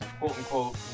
quote-unquote